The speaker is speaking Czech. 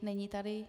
Není tady.